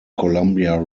columbia